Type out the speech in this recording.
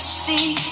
see